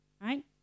Right